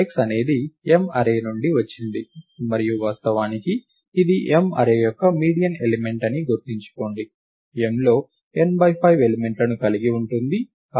x అనేది M array నుండి వచ్చింది మరియు వాస్తవానికి ఇది M అర్రే యొక్క మీడియన్ ఎలిమెంట్ అని గుర్తుంచుకోండి M లో n బై 5 ఎలిమెంట్లను కలిగి ఉంటుంది